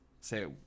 say